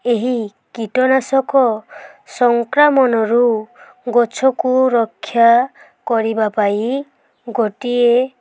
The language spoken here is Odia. ଏହି କୀଟନାଶକ ସଂକ୍ରାମଣରୁ ଗଛକୁ ରକ୍ଷା କରିବା ପାଇଁ ଗୋଟିଏ